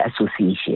association